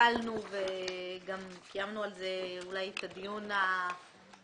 שקלנו וגם קיימנו על זה אולי את הדיון הסופי,